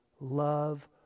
love